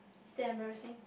is that embarrassing